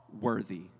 worthy